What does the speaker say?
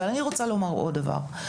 אבל אני רוצה לומר עוד דבר.